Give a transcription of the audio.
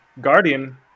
guardian